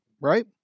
Right